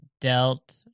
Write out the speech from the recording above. dealt